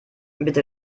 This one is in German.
bitte